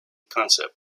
concept